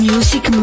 Music